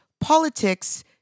politics